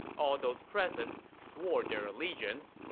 all those present swore their allegiance.